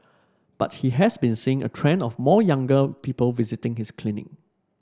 but he has been seeing a trend of more younger people visiting his clinic